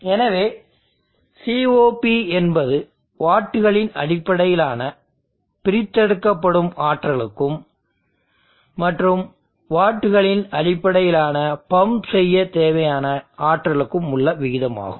எனவே COP என்பது வாட்டுகளின் அடிப்படையிலான பிரித்தெடுக்கப்படும் ஆற்றலுக்கும் மற்றும் வாட்டுகளின் அடிப்படையிலான பம்ப் செய்ய தேவையான ஆற்றலுக்கும் உள்ள விகிதமாகும்